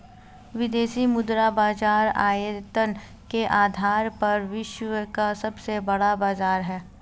विदेशी मुद्रा बाजार आयतन के आधार पर विश्व का सबसे बड़ा बाज़ार है